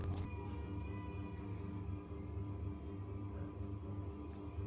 computational finance फायनान्समधला व्यावहारिक हितसंबंधांच्यो समस्या हाताळता